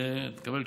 ותקבל תשובה.